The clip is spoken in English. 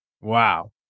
Wow